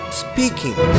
speaking